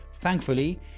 Thankfully